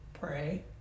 Pray